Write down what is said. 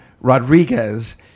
Rodriguez